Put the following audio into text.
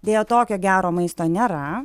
deja tokio gero maisto nėra